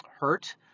hurt